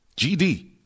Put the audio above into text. GD